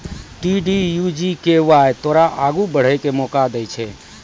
DDU GKY तोरा आगू बढ़ै के मौका दै छै